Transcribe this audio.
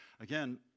Again